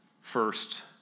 first